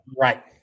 Right